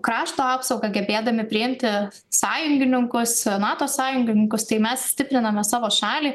krašto apsaugą gebėdami priimti sąjungininkus nato sąjungininkus tai mes stipriname savo šalį